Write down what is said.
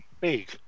big